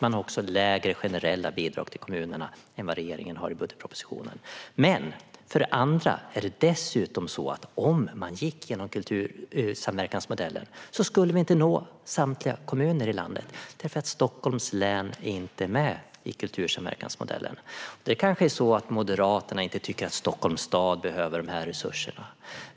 Man har också lägre generella bidrag till kommunerna än vad regeringen har i budgetpropositionen. För det andra är det dessutom så att om vi gick via kultursamverkansmodellen skulle vi inte nå samtliga kommuner i landet, för Stockholms län är inte med i kultursamverkansmodellen. Moderaterna kanske inte tycker att Stockholms stad behöver de här resurserna.